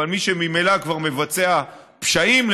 אבל מי שממילא מבצע פשעים,